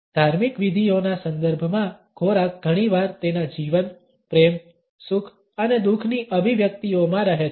ધાર્મિક વિધિઓના સંદર્ભમાં ખોરાક ઘણીવાર તેના જીવન પ્રેમ સુખ અને દુઃખની અભિવ્યક્તિઓમાં રહે છે